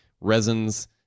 resins